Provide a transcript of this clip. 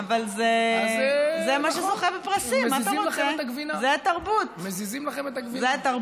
אז נכון, מזיזים לכם את הגבינה.